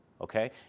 okay